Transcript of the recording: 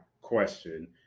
question